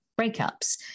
breakups